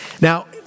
Now